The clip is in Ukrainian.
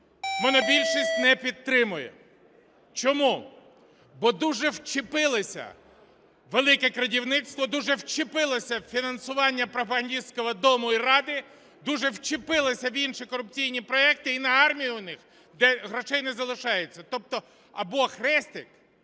монобільшість не підтримує. Чому? Бо дуже вчепилися у "велике крадівництво", дуже вчепилися у фінансування пропагандистського "Дому" і "Ради", дуже вчепилися в інші корупційні проекти і на армію у них грошей не залишається, тобто або хрестик